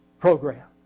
program